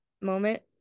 moment